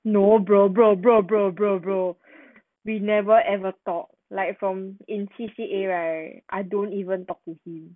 no bro bro bro bro bro bro we never ever talk like from in C_C_A right I don't even talk to him